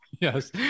Yes